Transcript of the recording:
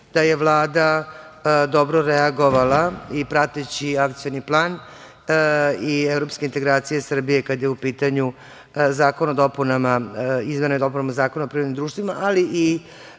da je Vlada dobro reagovala i prateći akcioni plan i evropske integracije Srbije kada je u pitanju Zakon o izmenama i dopunama Zakona o privrednim društvima, ali i